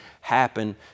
happen